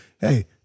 hey